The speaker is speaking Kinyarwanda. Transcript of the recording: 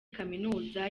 kaminuza